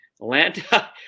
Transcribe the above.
Atlanta